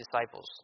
disciples